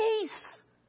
peace